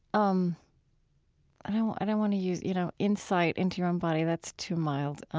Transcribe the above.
um i don't want to use, you know, insight into your own body, that's too mild.